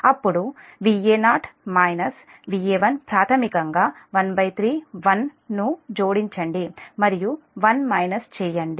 ఇప్పుడు Va0 Va1 ప్రాథమికంగా 13 1 ను జోడించండి మరియు1 మైనస్ చేయండి